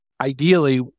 ideally